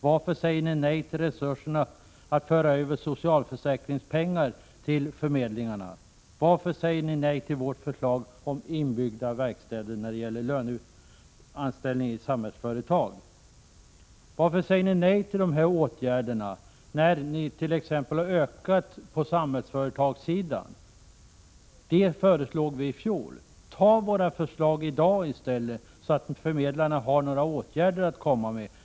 Varför säger ni nej till förslaget att föra över socialförsäkringspengar till förmedlingarna? Varför säger ni nej till vårt förslag om inbyggda verkstäder i Samhällsföretag? Varför säger ni nej till dessa åtgärder, när ni t.ex. vill öka resurserna på Samhällsföretagssidan? Det föreslog vi i fjol. Anta våra förslag i dag i stället, så att förmedlingarna får åtgärder att komma med.